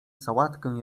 sałatkę